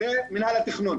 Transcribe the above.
זה מינהל התכנון.